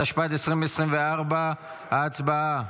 התשפ"ה 2024. הצבעה.